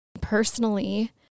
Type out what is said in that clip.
personally